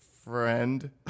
Friend